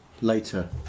Later